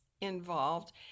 involved